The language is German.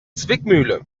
zwickmühle